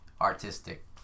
artistic